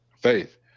faith